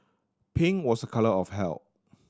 pink was a colour of health